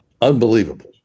Unbelievable